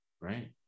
right